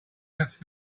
have